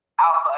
Alpha